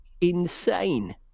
insane